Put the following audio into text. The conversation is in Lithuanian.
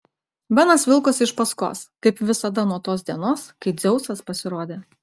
benas vilkosi iš paskos kaip visada nuo tos dienos kai dzeusas pasirodė